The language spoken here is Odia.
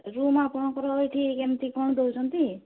ରୁମ୍ ଆପଣଙ୍କର ଏଇଠି କେମିତି କ'ଣ ଦେଉଛନ୍ତି